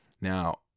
Now